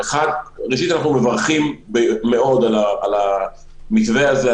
ראשית, אנחנו מברכים מאוד על המתווה הזה.